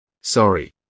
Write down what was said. Sorry